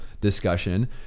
discussion